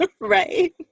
right